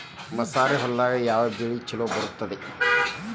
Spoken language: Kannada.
ಮಸಾರಿ ಹೊಲದಾಗ ಯಾವ ಬೆಳಿ ಛಲೋ ಬರತೈತ್ರೇ?